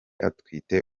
atwite